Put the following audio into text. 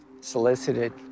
solicited